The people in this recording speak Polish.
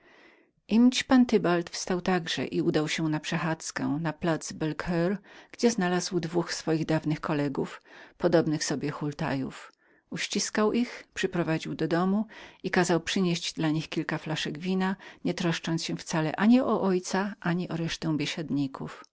stołu jespan tybald wstał także i udał się na przechadzkę na plac belle cour gdzie znalazł dwóch swoich dawnych kolegów podobnych sobie hultajów uściskał ich przyprowadził do domu i kazał przynieść im kilka flaszek wina nietroszcząc się wcale ani o ojca ani o resztę